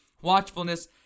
watchfulness